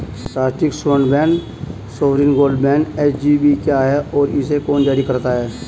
राष्ट्रिक स्वर्ण bond sovereign gold bond SGB क्या है और इसे कौन जारी करता है?